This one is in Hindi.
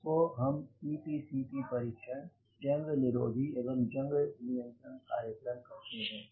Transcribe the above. इस को हम CPCP परीक्षण जंग निरोधी एवं जंग नियंत्रण कार्यक्रम कहते हैं